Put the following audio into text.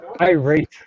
irate